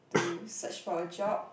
to search for a job